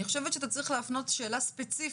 אני חושבת שאתה צריך להפנות שאלה ספציפית,